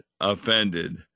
offended